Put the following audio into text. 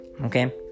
Okay